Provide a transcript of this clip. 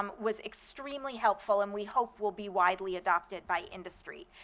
um was extremely helpful and we hope will be widely adopted by industry.